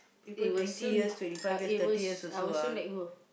it will soon uh it will I will soon let it go